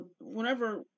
whenever